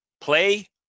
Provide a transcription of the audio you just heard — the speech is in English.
Play